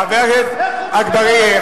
חבר הכנסת אגבאריה,